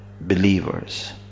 Believers